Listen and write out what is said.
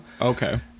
Okay